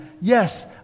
Yes